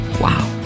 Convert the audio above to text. Wow